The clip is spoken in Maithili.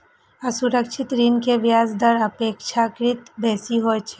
असुरक्षित ऋण के ब्याज दर अपेक्षाकृत बेसी होइ छै